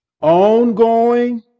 ongoing